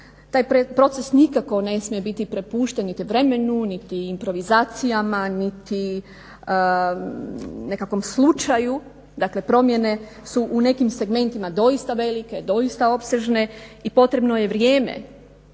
Taj proces nikako ne smije biti prepušten niti vremenu, niti improvizacijama, niti nekakvom slučaju. Dakle, promjene su u nekim segmentima doista velike, doista opsežne i potrebno je vrijeme